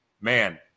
Man